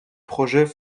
project